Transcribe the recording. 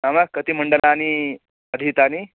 नाम कति मण्डलानि अधीतानि